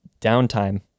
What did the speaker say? downtime